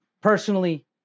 personally